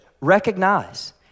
recognize